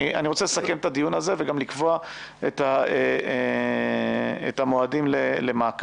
אני רוצה לסכם את הדיון הזה וגם לקבוע את המועדים למעקב.